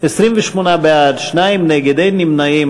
28 בעד, שניים נגד, אין נמנעים.